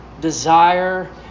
desire